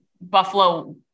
Buffalo